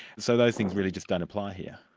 so those things really just don't apply here.